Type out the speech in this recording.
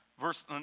Verse